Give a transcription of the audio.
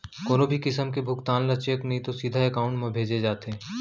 कोनो भी किसम के भुगतान ल चेक नइ तो सीधा एकाउंट म भेजे जाथे